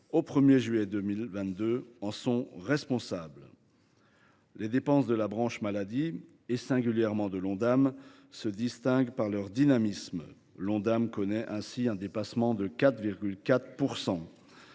au 1 juillet 2022, en sont responsables. Les dépenses de la branche maladie, singulièrement de l’Ondam, se distinguent par leur dynamisme : l’Ondam connaît ainsi un dépassement de 4,4 %.